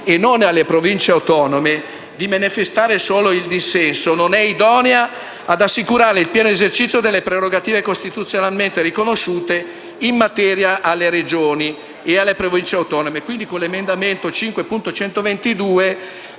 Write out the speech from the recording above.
e non alle Province autonome, di manifestare solo il dissenso non è infatti idonea ad assicurare il pieno esercizio delle prerogative costituzionalmente riconosciute in materia alle Regioni e alle Province autonome. Pertanto, riteniamo che l’emendamento 5.122